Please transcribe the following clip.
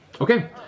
Okay